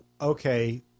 Okay